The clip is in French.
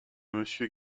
monsieur